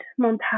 montage